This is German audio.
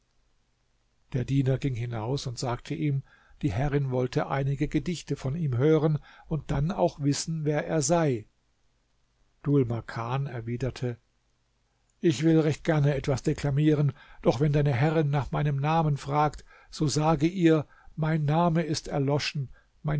der diener ging hinaus und sagte ihm die herrin wolle einige gedichte von ihm hören und dann auch wissen wer er sei dhul makan erwiderte ich will recht gerne etwas deklamieren doch wenn deine herrin nach meinem namen fragt so sage ihr mein name ist erloschen